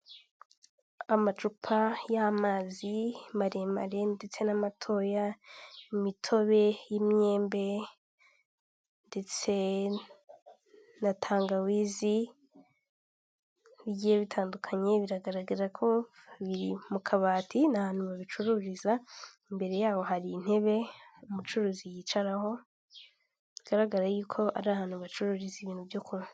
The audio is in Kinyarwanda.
Amacupa y'amazi maremare ndetse n'amatoya, imitobe y'imyembe ndetse na tangawizi bigiye bitandukanye, biragaragara ko biri mu kabati, ni ahantu babicururiza. Imbere yaho hari intebe umucuruzi yicaraho bigaragara y'uko ari ahantu bacururiza ibintu byo kunywa.